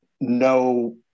no